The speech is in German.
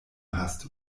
hast